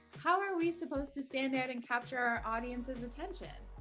how are we supposed to stand out and capture our audience's attention?